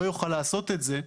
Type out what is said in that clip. לא יוכל לעשות את זה,